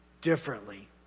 differently